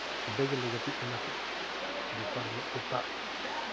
ᱚᱸᱰᱮ ᱜᱮᱞᱮ ᱡᱟᱹᱯᱤᱫ ᱞᱟᱜᱟ ᱠᱮᱜᱼᱟ ᱫᱚᱥᱟᱨ ᱦᱤᱞᱳᱜ ᱥᱮᱛᱟᱜ